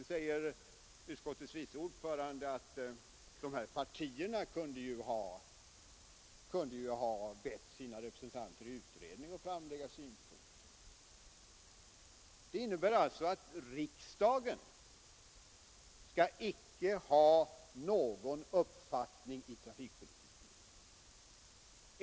Nu säger utskottets vice ordförande att de partier som står bakom motionerna kunde ha bett sina representanter i utredningen att framlägga dessa synpunkter. Det innebär alltså att riksdagen inte skall ha någon uppfattning i trafikpolitiken.